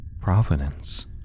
providence